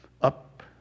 up